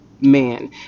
man